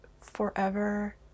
forever